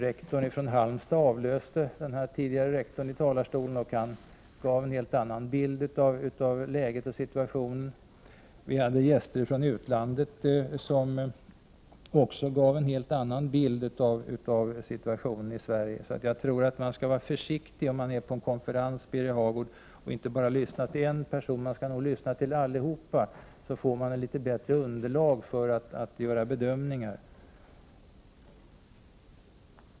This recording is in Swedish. Rektorn från Halmstad avlöste den tidigare rektorn, som Birger Hagård refererade till, i talarstolen. Han gav en helt annan bild av läget. Vi hade gäster från utlandet, som också gav en helt annan bild av situationen i Sverige. Jag tror att man skall vara försiktig och inte bara lyssna på en person när man är på en konferens, Birger Hagård. Man skall nog lyssna på allihop, så får man ett bättre underlag för att göra bedömningar.